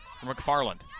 McFarland